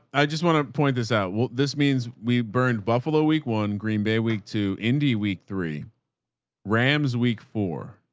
i just want to point this out. well, this means we burned buffalo week one green bay week two indy week three rams week four.